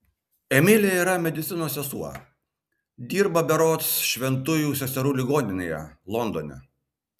emilė yra medicinos sesuo dirba berods šventųjų seserų ligoninėje londone